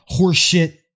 horseshit